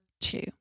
two